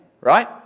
right